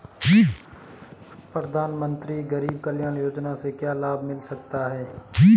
प्रधानमंत्री गरीब कल्याण योजना से क्या लाभ मिल सकता है?